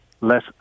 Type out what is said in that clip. less